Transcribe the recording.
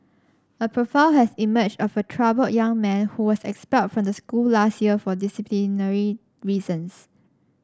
a profile has emerged of a troubled young man who was expelled from the school last year for disciplinary reasons